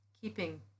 keeping